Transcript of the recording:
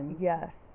Yes